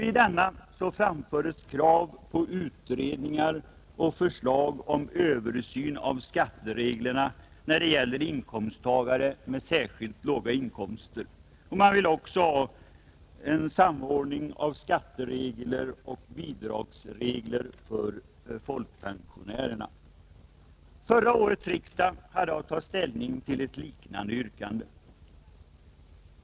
I denna framförs krav på utredning och förslag om översyn av skattereglerna för inkomsttagare med särskilt låga inkomster. Man vill också ha en samordning av skatteregler och bidragsregler för folkpensionärerna. Förra årets riksdag hade att ta ställning till ett liknande yrkande.